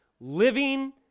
living